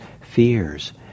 fears